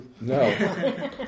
No